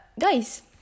Guys